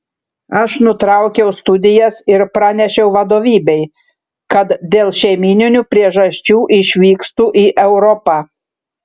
aš nutraukiau studijas ir pranešiau vadovybei kad dėl šeimyninių priežasčių išvykstu į europą